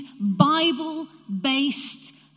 Bible-based